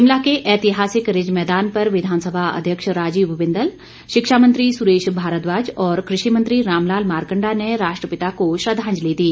शिमला के ऐतिहासिक रिज मैदान पर विधानसभा अध्यक्ष राजीव बिंदल शिक्षा मंत्री सुरेश भारद्वाज और कृषि मंत्री रामलाल मारकंडा ने राष्ट्रपिता को श्रद्वांजलि दी